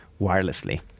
wirelessly